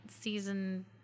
season